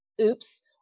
Oops